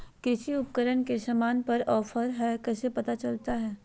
कृषि उपकरण के सामान पर का ऑफर हाय कैसे पता चलता हय?